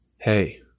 Hey